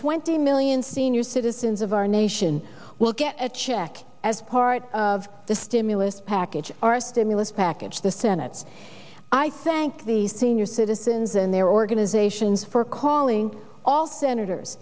twenty million senior citizens of our nation will get a check as part of the stimulus package our stimulus package the senate's i thank the senior citizens and their organizations for calling all senators